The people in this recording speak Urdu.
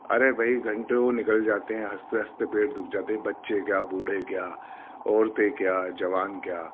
ارے بھائی گھنٹوں نکل جاتے ہیں ہنستے ہنستے پیٹ دکھ جاتے ہیں بچے کیا بوڑھے کیا عورتیں کیا جوان کیا